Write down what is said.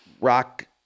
rock